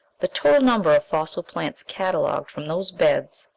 the total number of fossil plants catalogued from those beds,